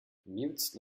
mutes